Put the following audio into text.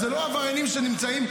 זה לא עבריינים שנמצאים,